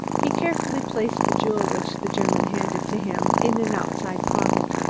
he carefully placed the jewel which the german handed to him, in an outside pocket,